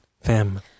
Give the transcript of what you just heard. family